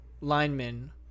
linemen